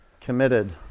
Committed